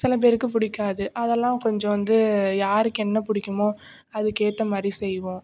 சில பேருக்கு பிடிக்காது அதெல்லாம் கொஞ்சம் வந்து யாருக்கு என்ன பிடிக்குமோ அதுக்கேற்ற மாதிரி செய்வோம்